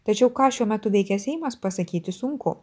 tačiau ką šiuo metu veikia seimas pasakyti sunku